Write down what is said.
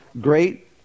great